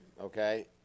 okay